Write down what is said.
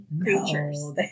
creatures